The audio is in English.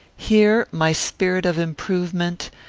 here my spirit of improvement,